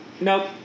nope